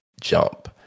jump